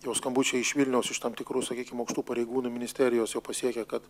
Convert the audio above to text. jau skambučiai iš vilniaus iš tam tikrų sakykim aukštų pareigūnų ministerijos jau pasiekė kad